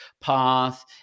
path